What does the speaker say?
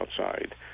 outside